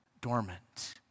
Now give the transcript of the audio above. dormant